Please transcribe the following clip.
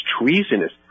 treasonous